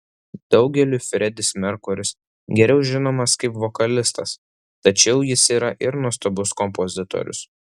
daugeliui fredis merkuris geriau žinomas kaip vokalistas tačiau jis yra ir nuostabus kompozitorius